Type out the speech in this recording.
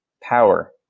power